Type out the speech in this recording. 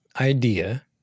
idea